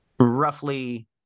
Roughly